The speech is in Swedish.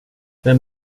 vem